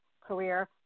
career